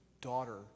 daughter